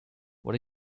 what